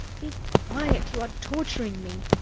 be quiet! you are torturing me.